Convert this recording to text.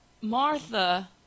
Martha